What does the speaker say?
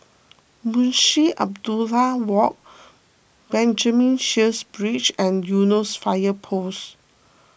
Munshi Abdullah Walk Benjamin Sheares Bridge and Eunos Fire Post